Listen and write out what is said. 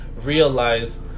realize